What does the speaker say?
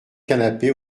canapé